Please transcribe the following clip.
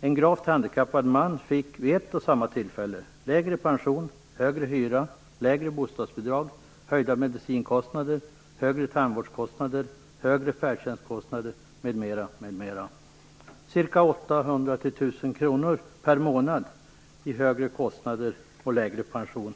En gravt handikappad man fick vid ett och samma tillfälle lägre pension, högre hyra, lägre bostadsbidrag, höjda medicinkostnader, högre tandvårdskostnader, högre färdtjänstkostnader, m.m., m.m. Resultatet för honom blev mellan 800 och 1 000 kr per månad i högre kostnader och lägre pension.